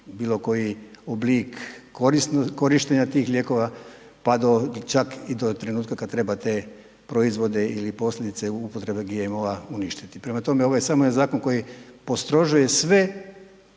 bilo koji oblik korištenja tih lijekova pa i do trenutka kada treba te proizvode ili posljedice upotrebe GMO-a uništiti. Prema tome, ovo je samo zakon koji postrožuje sve